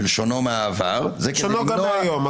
בלשונו מהעבר -- בלשונו גם היום.